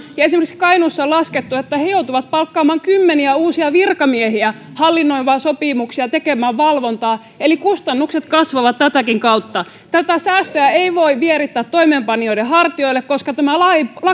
esimerkiksi kainuussa on laskettu että he joutuvat palkkaamaan kymmeniä uusia virkamiehiä hallinnoimaan sopimuksia tekemään valvontaa eli kustannukset kasvavat tätäkin kautta tätä säästöä ei voi vierittää toimeenpanijoiden hartioille koska tämä lakipohja on